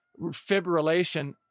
fibrillation